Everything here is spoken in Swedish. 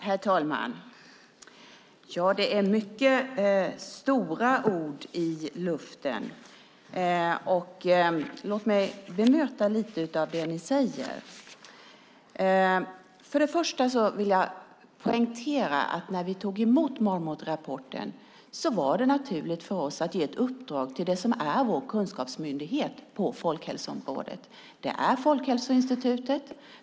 Herr talman! Det är många stora ord i luften. Låt mig bemöta lite av det ni säger. För det första vill jag poängtera att när vi tog emot Marmotrapporten var det naturligt för oss att ge ett uppdrag till det som är vår kunskapsmyndighet på folkhälsoområdet, och det är Folkhälsoinstitutet.